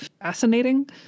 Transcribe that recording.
fascinating